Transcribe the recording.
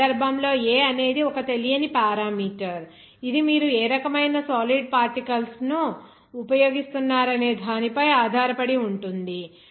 ఈ సందర్భంలో A అనేది ఒక తెలియని పారామీటర్ ఇది మీరు ఏ రకమైన సాలిడ్ పార్టికల్స్ ను ఉపయోగిస్తున్నారనే దానిపై ఆధారపడి ఉంటుంది